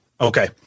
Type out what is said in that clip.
Okay